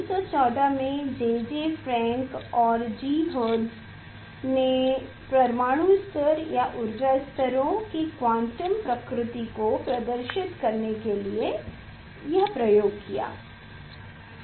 सन 1914 में J J Franck और G Hertz ने परमाणु स्तर या ऊर्जा स्तरों की क्वांटम प्रकृति को प्रदर्शित करने के लिए प्रयोग किया